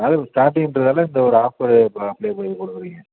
அதாவது ஸ்டார்டிங்கின்றதுனால இந்த ஒரு ஆஃபரு ப அப்ளே பண்ணிக் கொடுக்கறீங்க